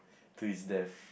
to his death